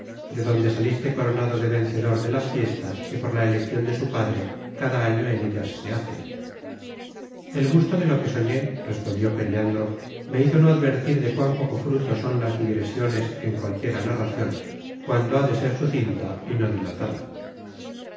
de dónde saliste coronado de vencedor de las fiestas que por la eleccion de su padre cada año en ellas se hacen el gusto de lo que soñé respondió periandro me hizo no advertir de cuán poco fruto son las digresiones en cualquiera narracion cuando ha de ser sucinta y no dilatada